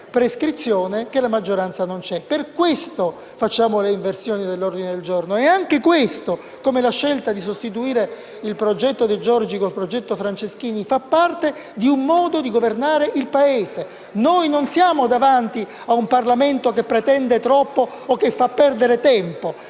prescrizione, che la maggioranza viene meno. Per questo procediamo con l'inversione dell'ordine del giorno, e tutto ciò, come anche la scelta di sostituire il disegno di legge Di Giorgi con il provvedimento Franceschini, fa parte di un modo di governare il Paese. Noi non siamo davanti a un Parlamento che pretende troppo o che fa perdere tempo.